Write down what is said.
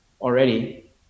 already